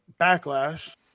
backlash